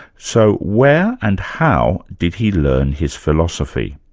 so where and how did he learn his philosophy?